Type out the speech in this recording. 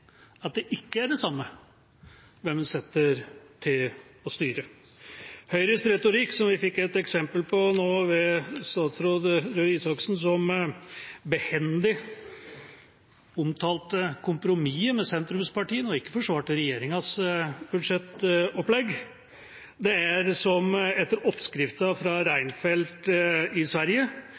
at det ikke er det samme hvem vi setter til å styre. Høyres retorikk fikk vi et eksempel på nå ved statsråd Røe Isaksen, da han behendig omtalte kompromisset med sentrumspartiene og ikke forsvarte regjeringas budsjettopplegg. Det er som etter oppskriften fra Reinfeldt i Sverige,